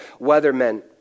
weathermen